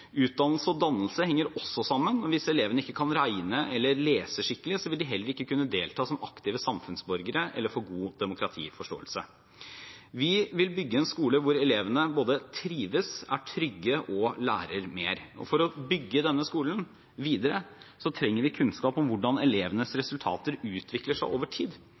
Utdannelse og dannelse henger også sammen. Hvis elevene ikke kan regne eller lese skikkelig, vil de heller ikke kunne delta som aktive samfunnsborgere eller få god demokratiforståelse. Vi vil bygge en skole hvor elevene både trives, er trygge og lærer mer. For å bygge denne skolen videre trenger vi kunnskap om hvordan elevenes resultater utvikler seg over tid,